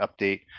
update